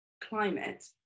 climate